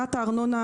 מבחינת הארנונה,